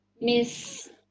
Miss